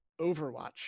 Overwatch